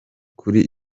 kuri